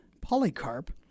Polycarp